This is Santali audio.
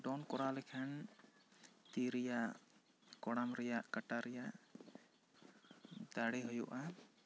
ᱰᱚᱱ ᱠᱚᱨᱟᱣ ᱞᱮᱠᱷᱟᱱ ᱛᱤ ᱨᱮᱭᱟᱜ ᱠᱚᱲᱟᱢ ᱨᱮᱭᱟᱜ ᱠᱟᱴᱟ ᱨᱮᱭᱟᱜ ᱫᱟᱲᱮ ᱦᱩᱭᱩᱜᱼᱟ